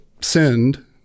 send